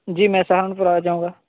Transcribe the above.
جی میں سہارنپور آ جاؤں گا